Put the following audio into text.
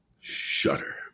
Shudder